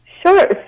Sure